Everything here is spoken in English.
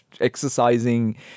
exercising